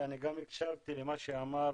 אני הקשבתי גם למה שאמר